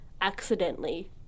accidentally